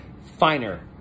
finer